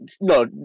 No